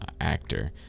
actor